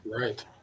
Right